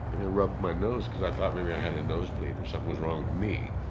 and i rubbed my nose because i thought maybe i had a nosebleed or something was wrong me.